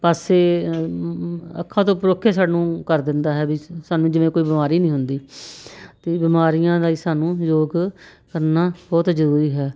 ਪਾਸੇ ਅੱਖਾਂ ਤੋਂ ਪਰੋਖੇ ਸਾਨੂੰ ਕਰ ਦਿੰਦਾ ਹੈ ਵੀ ਸਾਨੂੰ ਜਿਵੇਂ ਕੋਈ ਬਿਮਾਰੀ ਨਹੀਂ ਹੁੰਦੀ ਅਤੇ ਬਿਮਾਰੀਆਂ ਲਈ ਸਾਨੂੰ ਯੋਗ ਕਰਨਾ ਬਹੁਤ ਜ਼ਰੂਰੀ ਹੈ